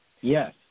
Yes